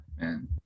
Man